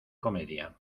comedia